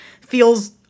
feels